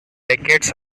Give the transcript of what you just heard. decades